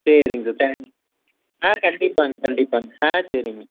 சரிங்க தேங்க்ஸ் ஆ கண்டிப்பாகங்க கண்டிப்பாகங்க ஆ சரிங்க